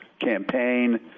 campaign